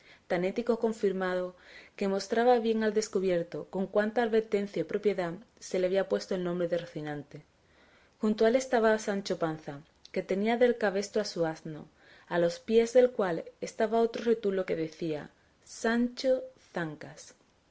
tan hético confirmado que mostraba bien al descubierto con cuánta advertencia y propriedad se le había puesto el nombre de rocinante junto a él estaba sancho panza que tenía del cabestro a su asno a los pies del cual estaba otro rétulo que decía sancho zancas